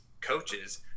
coaches